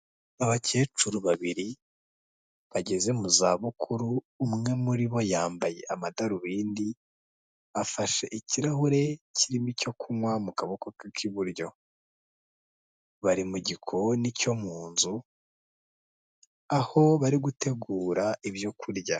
Abakecuru babiri bageze mu zabukuru, umwe muri bo yambaye amadarubindi, afashe ikirahure kirimo icyo kunywa mu kaboko ke k'iburyo, bari mu gikoni cyo mu nzu, aho bari gutegura ibyo kurya.